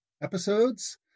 episodes